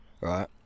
right